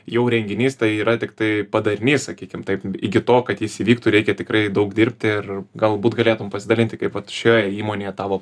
jau renginys tai yra tiktai padariniai sakykim taip iki to kad jis įvyktų reikia tikrai daug dirbti ir galbūt galėtum pasidalinti kai vat šioje įmonėje tavo